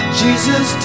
jesus